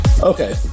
Okay